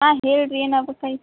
ಹಾಂ ಹೇಳ್ರಿ ಏನು ಆಗ್ಬೇಕಾಯಿತ್ತು